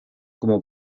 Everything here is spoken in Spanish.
como